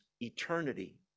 eternity